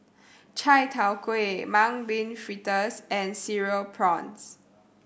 Chai Tow Kuay Mung Bean Fritters and Cereal Prawns